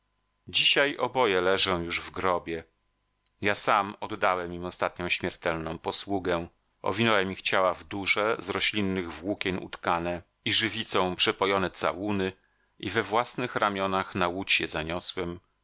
dzisiaj oboje leżą już w grobie ja sam oddałem im ostatnią śmiertelną posługę owinąłem ich ciała w duże z roślinnych włókien utkane i żywicą przepojone całuny i we własnych ramionach na łódź je zaniosłem